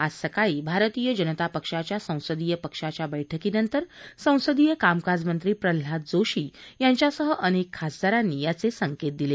आज सकाळी भारतीय जनता पक्षाच्या संसदीय पक्षाच्या बैठकीनंतर संसदीय कामकाज मंत्री प्रल्हाद जोशी यांच्यासह अनेक खासदारांनी याचे संकेत दिले